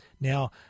Now